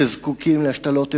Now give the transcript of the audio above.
שזקוקים להשתלות איברים,